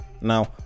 Now